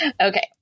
Okay